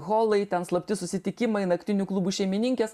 holai ten slapti susitikimai naktinių klubų šeimininkės